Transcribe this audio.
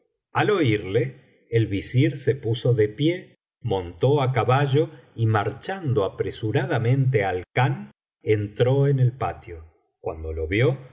al oírle el visir se puso de pie montó á cabao y marchando apresuradamente al khan entró en el patio cuando lo vio